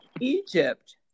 Egypt